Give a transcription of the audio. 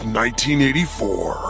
1984